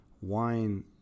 wine